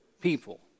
people